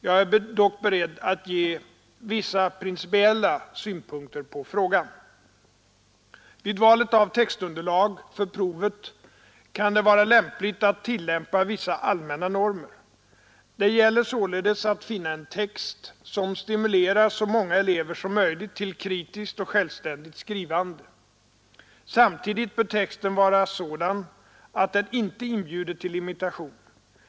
Jag är dock beredd att ge vissa principiella synpunkter på frågan. Vid valet av textunderlag för provet kan det vara lämpligt att tillämpa vissa allmänna normer. Det gäller således att finna en text som stimulerar så många elever som möjligt till kritiskt och självständigt skrivande. Samtidigt bör texten vara sådan att den inte inbjuder till imitation.